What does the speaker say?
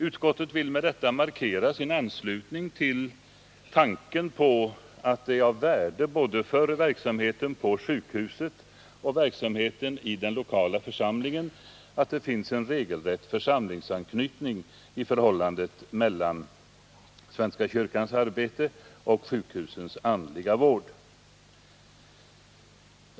Utskottet vill med detta markera sin anslutning till tanken på att det är av värde både för verksamheten på sjukhuset och verksamheten i den lokala församlingen att det finns en regelrätt församlingsanknytning i förhållandet mellan svenska kyrkans arbete och sjukhusens andliga vård.